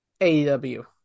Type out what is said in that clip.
AEW